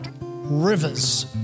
Rivers